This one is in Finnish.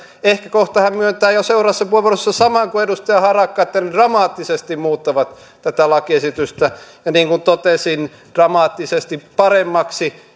ehkä kohta hän jo myöntää seuraavassa puheenvuorossa saman kuin edustaja harakka että ne dramaattisesti muuttavat tätä lakiesitystä ja niin kuin totesin dramaattisesti paremmaksi